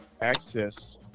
access